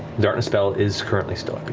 darkness spell is currently still up, yeah.